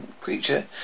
creature